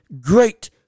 great